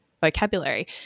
vocabulary